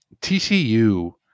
TCU